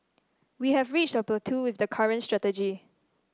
we have reached a plateau with the current strategy